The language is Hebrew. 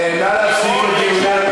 תוכנית גליל